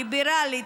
ליברלית,